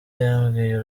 yabwiye